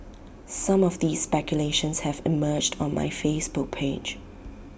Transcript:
some of these speculations have emerged on my Facebook page